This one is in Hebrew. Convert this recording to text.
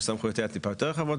שסמכויותיה טיפה יותר רחבות,